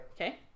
Okay